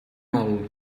mol